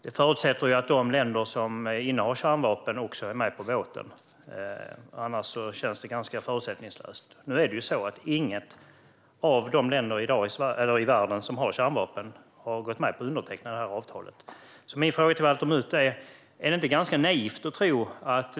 Det förutsätter att de länder som innehar kärnvapen också är med på båten - annars känns det ganska utsiktslöst. Nu är det dock så att inget av de länder i världen som har kärnvapen har gått med på att underteckna detta avtal. Min fråga till Valter Mutt är följande: Är det inte ganska naivt att tro på detta?